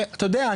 ואתה יודע,